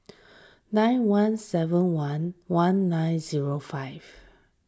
nine one seven one one nine zero five